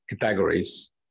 categories